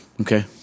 Okay